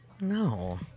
No